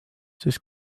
siis